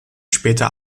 später